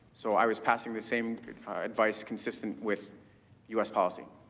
so i was passing the same advice consistent with u s. policy.